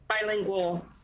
bilingual